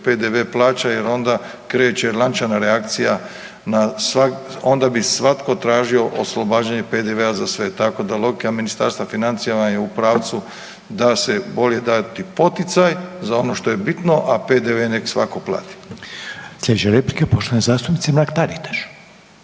PDV-e plaća jer onda kreće lančana reakcija na svako, onda bi svatko tražio oslobađanje PDV-a za sve te. Tako da logika Ministarstva financija vam je u pravcu da se bolje dati poticaj za ono što je bitno, a PDV-e neka svatko plati. **Reiner, Željko (HDZ)** Sljedeća replika poštovane zastupnice Mrak Taritaš.